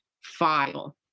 file